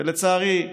לצערי,